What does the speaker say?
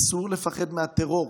אסור לפחד מהטרור.